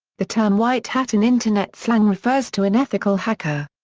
the term white hat in internet slang refers to an ethical hacker.